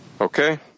Okay